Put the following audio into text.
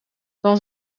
dan